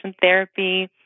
therapy